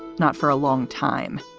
not for a long time.